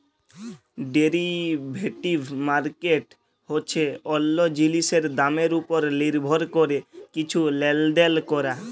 derivative market হছে অল্য জিলিসের দামের উপর লির্ভর ক্যরে কিছু লেলদেল ক্যরা